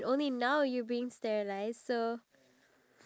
don't feed your pet bugs